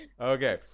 Okay